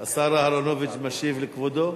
השר אהרונוביץ משיב לכבודו?